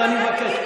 אני,